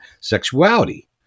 sexuality